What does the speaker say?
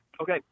Okay